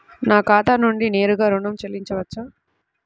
నా ఖాతా నుండి నేరుగా ఋణం చెల్లించవచ్చా?